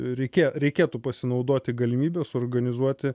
reikė reikėtų pasinaudoti galimybe suorganizuoti